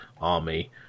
army